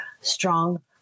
strong